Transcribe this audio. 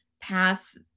pass